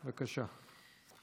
בבקשה.